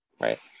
right